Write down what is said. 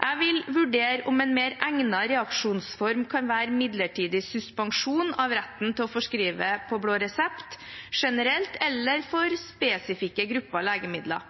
Jeg vil vurdere om en mer egnet reaksjonsform kan være midlertidig suspensjon av retten til å forskrive på blå resept – generelt eller for spesifikke grupper legemidler.